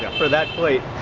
yeah for that plate.